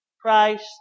price